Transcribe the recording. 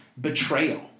betrayal